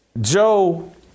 Joe